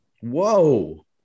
Whoa